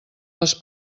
les